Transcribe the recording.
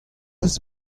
eus